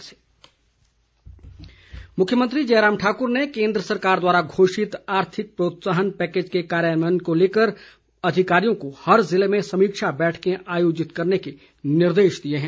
जयराम मुख्यमंत्री जयराम ठाकुर ने केन्द्र सरकार द्वारा घोषित आर्थिक प्रोत्साहन पैकेज के कार्यान्वयन को लेकर अधिकारियों को हर जिले में समीक्षा बैठकें आयोजित करने के निर्देश दिए हैं